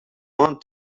man